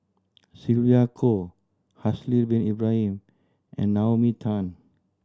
Sylvia Kho Haslir Bin Ibrahim and Naomi Tan